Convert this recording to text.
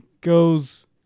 goes